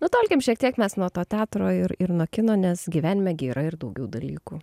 nutolkim šiek tiek mes nuo to teatro ir ir nuo kino nes gyvenime gi yra ir daugiau dalykų